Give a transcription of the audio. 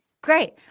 Great